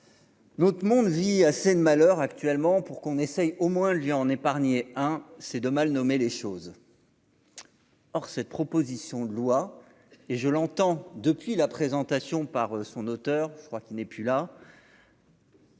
Notre monde vit assez de malheurs actuellement pour qu'on essaye au moins Lyon en épargnés, hein, c'est de mal nommer les choses. Or, cette proposition de loi et je l'entends depuis la présentation par son auteur, je crois qu'il n'est plus là.